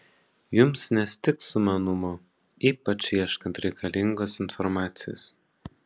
jums nestigs sumanumo ypač ieškant reikalingos informacijos